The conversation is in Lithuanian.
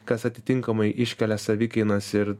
kas atitinkamai iškelia savikainas ir